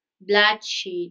bloodshed